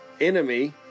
enemy